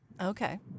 Okay